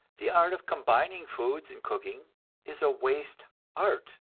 the art of combining foods in cooking is a waste art,